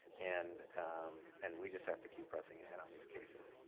and and we just have to keep pressing ahead on these cases.